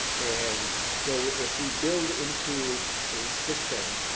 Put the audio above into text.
and so, if we build into a system,